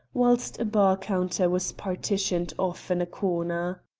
whilst a bar counter was partitioned off in a corner.